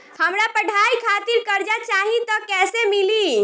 हमरा पढ़ाई खातिर कर्जा चाही त कैसे मिली?